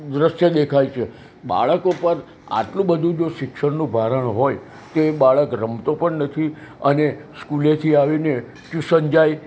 દૃશ્ય દેખાય છે બાળકો પર આટલું બધું જો શિક્ષણનું ભારણ હોય તો એ બાળક રમતો પણ નથી અને સ્કૂલેથી આવી ને ટ્યુશન જાય